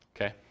okay